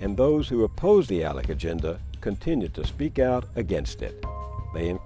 and those who oppose the alec agenda continue to speak out against it ma